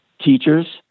teachers